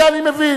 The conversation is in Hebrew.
את זה אני מבין.